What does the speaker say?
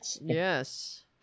Yes